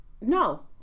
No